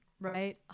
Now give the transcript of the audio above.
right